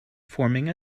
forming